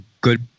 good